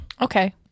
Okay